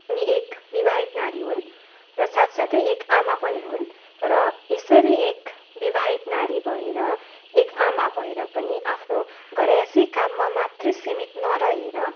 उनी एक विवाहित नारी हुन् र साथ साथै एक आमा पनि हुन् र यसरी एक विवाहित नारी भएर एक आमा भएर पनि आफ्नो घरायसी काममा मात्रै सीमित नरहेर